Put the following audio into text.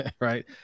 Right